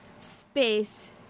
space